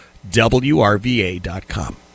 WRVA.com